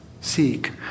seek